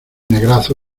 negrazo